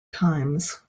times